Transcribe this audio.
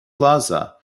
plaza